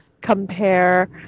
compare